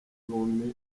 yume